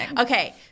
Okay